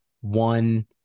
one